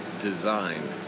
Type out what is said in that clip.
design